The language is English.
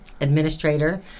administrator